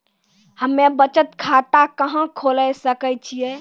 हम्मे बचत खाता कहां खोले सकै छियै?